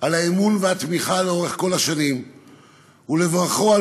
על האמון והתמיכה לאורך כל השנים ולברכו על